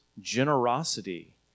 generosity